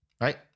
right